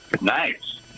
Nice